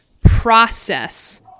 process